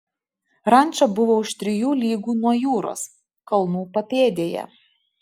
ranča buvo už trijų lygų nuo jūros kalnų papėdėje